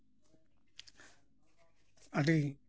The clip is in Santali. ᱟᱹᱰᱤ